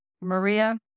Maria